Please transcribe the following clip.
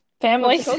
family